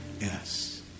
Yes